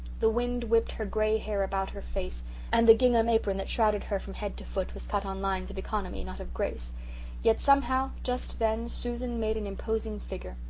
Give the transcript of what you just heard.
the wind whipped her grey hair about her face and the gingham apron that shrouded her from head to foot was cut on lines of economy, not of grace yet, somehow, just then susan made an imposing figure.